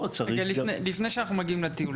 פה --- רגע לפני הטיול,